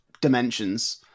dimensions